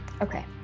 Okay